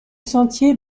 sentier